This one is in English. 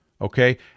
Okay